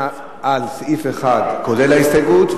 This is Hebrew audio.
סעיף 1 כולל ההסתייגות,